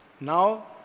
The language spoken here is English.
Now